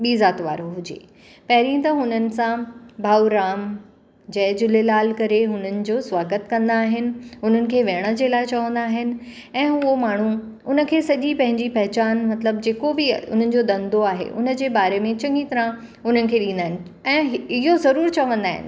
ॿीं ज़ात वारो हुजे पहिरीं त हुननि सां भाउं राम जय झूलेलाल करे हुन्हनि जो स्वागत कंदा आहिनि हुननि खे विहण जे लाइ चवंदा आहिनि ऐं उहो माण्हू हुनखे सॼी पंहिंजी पहिचान मतिलबु जेको बि हुनजो धंधो आहे हुनजे बारे में चङी तरह हुनखे ॾींदा आहिनि ऐं इहो ज़रूरु चवंदा आहिनि